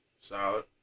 solid